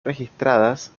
registradas